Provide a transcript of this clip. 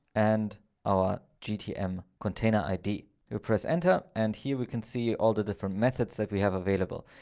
and our gtm container id, you press enter. and here we can see all the different methods that we have available.